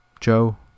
Joe